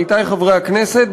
עמיתי חברי הכנסת,